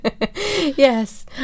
yes